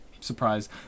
surprise